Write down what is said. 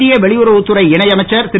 மத்திய வெளியுறவுத் துறை இணை அமைச்சர் திரு